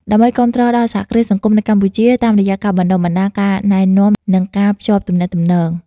ដើម្បីគាំទ្រដល់សហគ្រាសសង្គមនៅកម្ពុជា តាមរយៈការបណ្តុះបណ្តាល ការណែនាំ និងការភ្ជាប់ទំនាក់ទំនង ។